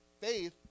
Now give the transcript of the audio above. faith